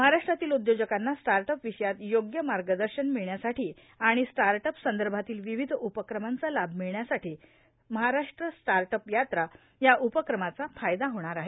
महाराष्ट्रातील उद्योजकांना स्टार्टअप विषयात योग्य मार्गदर्शन मिळण्यासाठी आणि स्टार्टअप संदर्भातील विविध उपक्रमांचा लाभ मिळण्यासाठी महाराष्ट्र स्टार्टअप यात्राया उपक्रमाचा फायदा होणार आहे